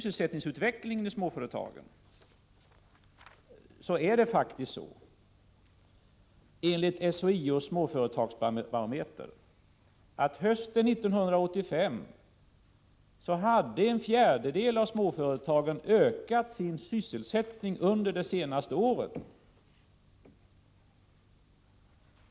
Enligt SHIO:s Småföretagsbarometer hade en fjärdedel av småföretagen hösten 1985 ökat sin sysselsättning under det senaste året.